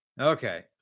okay